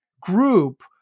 group